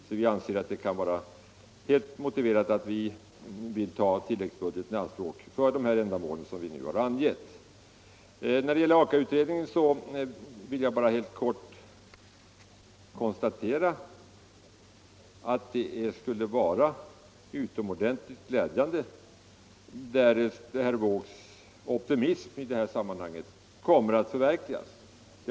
Därför anser vi det helt motiverat att ta tillläggsbudgeten i anspråk för det ändamål som vi har angivit. Vad beträffar Aka-utredningen vill jag bara helt kort konstatera att det skulle vara utomordentligt glädjande därest herr Wåågs optimism kommer att visa sig välgrundad.